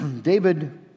David